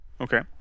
Okay